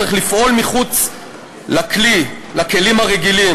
צריך לפעול מחוץ לכלים הרגילים,